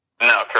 No